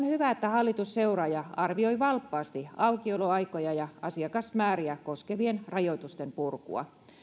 hyvä että hallitus seuraa ja arvioi valppaasti aukioloaikoja ja asiakasmääriä koskevien rajoitusten purkua